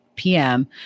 PM